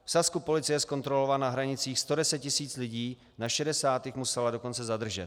V Sasku policie zkontrolovala na hranicích 110 tisíc lidí, na 60 jich musela dokonce zadržet.